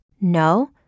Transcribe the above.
No